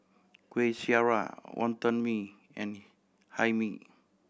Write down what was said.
Kuih Syara Wonton Mee and Hae Mee